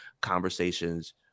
conversations